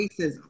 racism